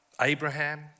Abraham